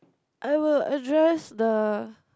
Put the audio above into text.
I will address the